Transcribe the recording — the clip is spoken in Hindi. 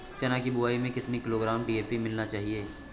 चना की बुवाई में कितनी किलोग्राम डी.ए.पी मिलाना चाहिए?